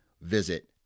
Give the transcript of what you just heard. visit